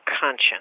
conscience